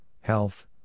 health